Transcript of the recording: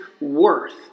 worth